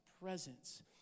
presence